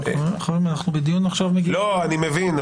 אנחנו בדיון עכשיו --- אני מבין,